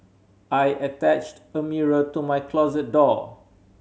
I attached a mirror to my closet door